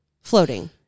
floating